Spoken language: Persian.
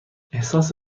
احساس